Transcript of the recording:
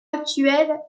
actuelle